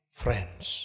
friends